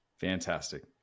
fantastic